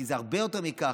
כי זה הרבה יותר מכך,